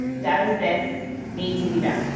does this need to be done?